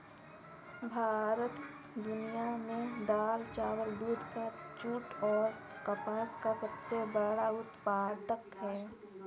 भारत दुनिया में दाल, चावल, दूध, जूट और कपास का सबसे बड़ा उत्पादक है